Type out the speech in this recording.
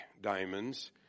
diamonds